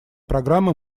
программы